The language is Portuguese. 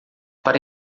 para